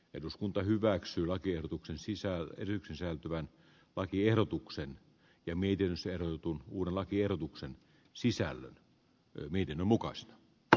eduskunta hyväksyi lakiehdotuksen siis saa etyk sisältyvän lakiehdotuksen limiitin seutuun uuden lakiehdotuksen sisällön eli niiden mukaista dr